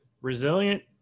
resilient